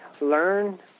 learn